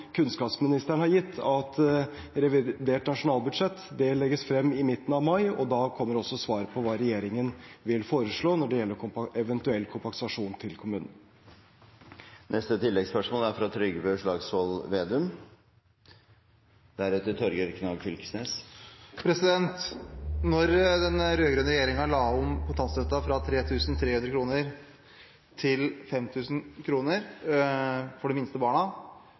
kunnskapsministeren har gitt: Revidert nasjonalbudsjett legges frem i midten av mai, og da kommer også svaret på hva regjeringen vil foreslå når det gjelder eventuell kompensasjon til kommunene. Trygve Slagsvold Vedum – til oppfølgingsspørsmål. Da den rød-grønne regjeringen la om kontantstøtten fra 3 300 kr til 5 000 kr for de minste barna,